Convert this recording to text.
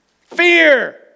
Fear